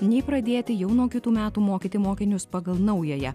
nei pradėti jau nuo kitų metų mokyti mokinius pagal naująją